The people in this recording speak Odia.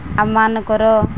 ଆମମାନଙ୍କର